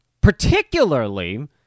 particularly